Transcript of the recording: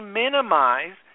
minimize